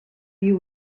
you